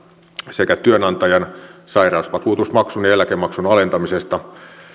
sekä työnantajan sairausvakuutusmaksun ja eläkemaksun alentamisista